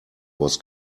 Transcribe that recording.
was